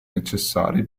necessari